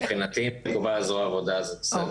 מבחינתי אם זה מקובל על זרוע העבודה אז זה בסדר.